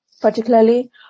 particularly